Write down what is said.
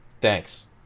thanks